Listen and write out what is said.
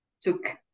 took